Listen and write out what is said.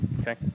okay